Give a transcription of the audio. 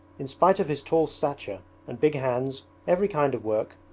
in spite of his tall stature and big hands every kind of work,